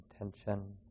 intention